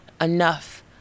enough